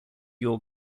your